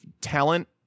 talent